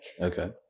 Okay